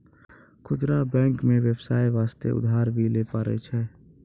खुदरा बैंक मे बेबसाय बास्ते उधर भी लै पारै छै